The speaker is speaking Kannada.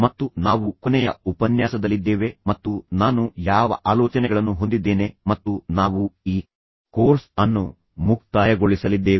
ಮತ್ತು ನಾವು ಕೊನೆಯ ಉಪನ್ಯಾಸದಲ್ಲಿದ್ದೇವೆ ಮತ್ತು ಕೊನೆಯ ಉಪನ್ಯಾಸದ ಬಗ್ಗೆ ನಾನು ಯಾವ ಆಲೋಚನೆಗಳನ್ನು ಹೊಂದಿದ್ದೇನೆ ಮತ್ತು ನಾವು ಈ ಕೋರ್ಸ್ ಅನ್ನು ಮುಕ್ತಾಯಗೊಳಿಸಲಿದ್ದೇವೆ